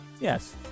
Yes